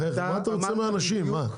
בחייך, מה אתה רוצה מהאנשים, מה?